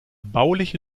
bauliche